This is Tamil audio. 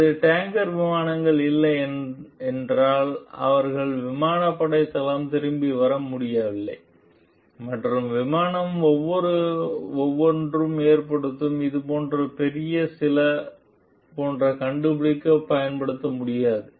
அது டேங்கர் விமானங்கள் இல்லை என்றால் அவர்கள் விமானப்படை தளம் திரும்பி வர முடியவில்லை மற்றும் விமானம் ஒவ்வொரு ஏற்படுத்தும் இது போன்ற பெரிய சில போன்ற கண்டுபிடிக்க பயன்படுத்த முடியாது